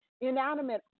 inanimate